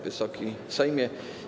Wysoki Sejmie!